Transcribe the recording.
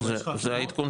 זה העדכון שקיבלתי.